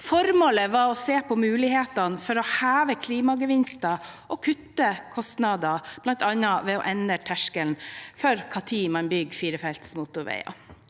Formålet var å se på muligheten for å heve klimagevinster og kutte kostnader, bl.a. ved å endre terskelen for når man bygger firefelts motorveier.